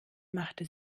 machte